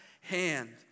hand